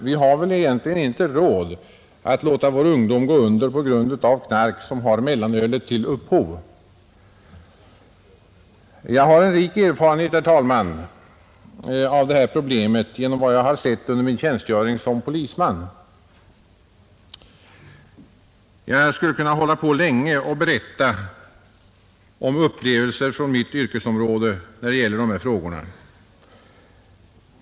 Vi har inte råd att låta vår ungdom gå under på grund av knark som har mellanölet som upphov. Jag har rik erfarenhet av detta problem från min tjänstgöring som polisman. Jag skulle kunna hålla på länge och berätta om upplevelser från mitt yrkesområde när det gäller dessa frågor.